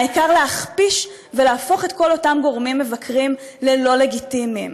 העיקר להכפיש ולהפוך את כל אותם גורמים מבקרים ללא לגיטימיים.